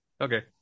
Okay